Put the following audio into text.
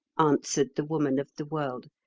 answered the woman of the world.